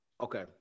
Okay